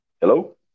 Hello